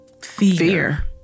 Fear